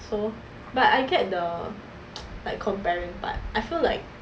so but I get the like comparing part I feel like